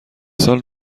سال